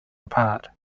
apart